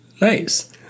Nice